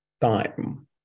time